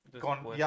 con